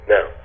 Now